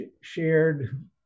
shared